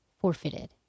forfeited